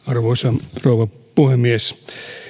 arvoisa rouva puhemies sinänsähän